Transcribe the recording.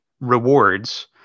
rewards